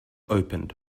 opened